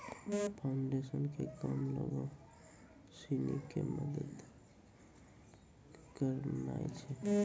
foundation के काम लोगो सिनी के मदत करनाय छै